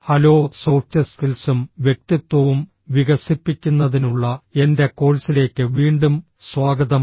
hello soft സ്കിൽസും വ്യക്തിത്വവും വികസിപ്പിക്കുന്നതിനുള്ള എന്റെ കോഴ്സിലേക്ക് വീണ്ടും സ്വാഗതം